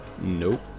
Nope